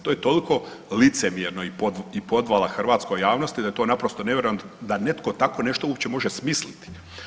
To je toliko licemjerno i podvala hrvatskoj javnosti da to naprosto ne vjerujem da netko tako nešto uopće može smisliti.